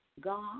God